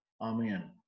Amen